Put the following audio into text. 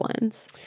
ones